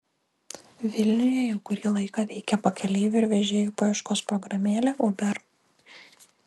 vilniuje jau kurį laiką veikia pakeleivių ir vežėjų paieškos programėlė uber